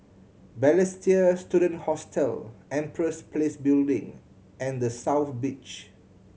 Balestier Student Hostel Empress Place Building and The South Beach